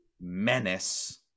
menace